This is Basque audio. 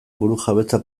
burujabetza